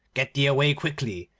get thee away quickly,